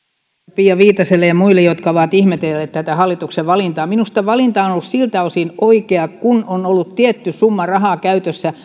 pia viitaselle ja muille jotka ovat ihmetelleet tätä hallituksen valintaa minusta on on ollut oikea valinta kun on ollut tietty summa rahaa käytössä